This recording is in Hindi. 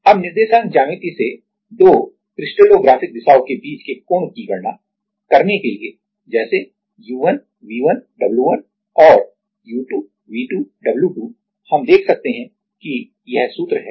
अब निर्देशांक ज्यामिति से 2 क्रिस्टलोग्राफिक दिशाओं के बीच के कोण की गणना करने के लिए जैसे u1 v1 w1 और u2 v2 w2 हम देख सकते हैं कि यह सूत्र है